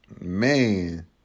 man